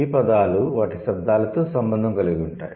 ఈ పదాలు వాటి శబ్దాలతో సంబంధం కలిగి ఉంటాయి